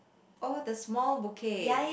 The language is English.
oh the small bouquet